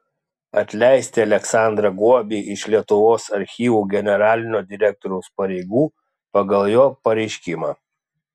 atleisti aleksandrą guobį iš lietuvos archyvų generalinio direktoriaus pareigų pagal jo pareiškimą